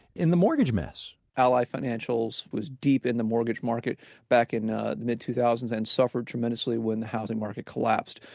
in the mortgage mess ally financials was deep in the mortgage market back in ah the mid two thousand s and suffered tremendously when the housing market collapsed.